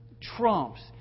trumps